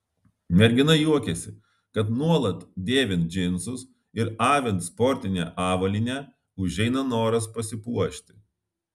mergina juokiasi kad nuolat dėvint džinsus ir avint sportinę avalynę užeina noras pasipuošti